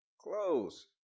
Close